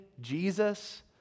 Jesus